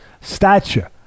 stature